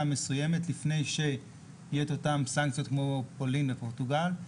מסוימת לפני שיהיו אותן סנקציות כמו פולין ופורטוגל.